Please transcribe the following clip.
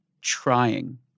trying